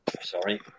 Sorry